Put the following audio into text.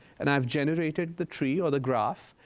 and i've generated the tree or the graph,